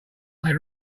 they